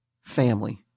family